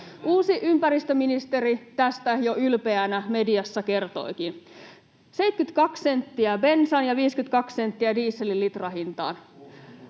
Uusi ympäristöministeri tästä jo ylpeänä mediassa kertoikin: 72 senttiä bensaan ja 52 senttiä dieselin litrahintaan.